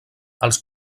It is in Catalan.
els